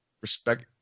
respect